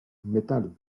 metal